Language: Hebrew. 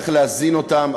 צריך להזין אותם.